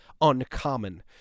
uncommon